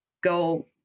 go